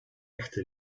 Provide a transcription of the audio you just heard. echte